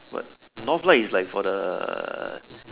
but NorthLight is like for the